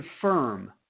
confirm